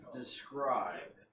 describe